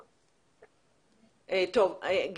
טוב.